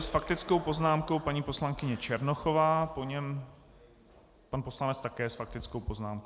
S faktickou poznámkou paní poslankyně Černochová, po ní pan poslanec, také s faktickou poznámkou.